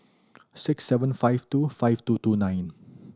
six seven five two five two two nine